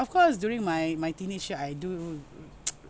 of course during my my teenage year I do